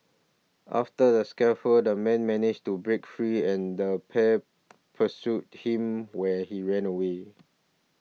after the scuffle the man managed to break free and the pair pursued him when he ran away